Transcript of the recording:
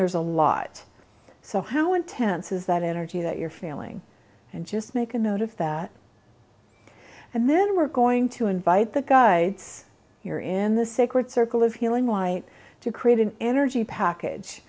there's a lot so how intense is that energy that you're feeling and just make a note of that and then we're going to invite the guides here in the sacred circle of healing white to create an energy package